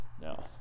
No